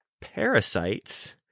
parasites